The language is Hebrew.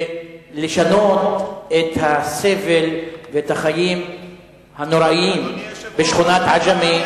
ולשנות את הסבל ואת החיים הנוראיים בשכונת "עג'מי",